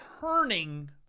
turning